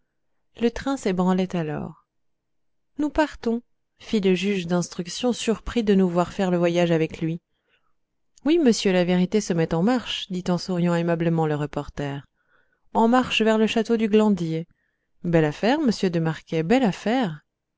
le train s'ébranlait alors nous partons fit le juge d'instruction surpris de nous voir faire le voyage avec lui oui monsieur la vérité se met en marche dit en souriant aimablement le reporter en marche vers le château du glandier belle affaire monsieur de marquet belle affaire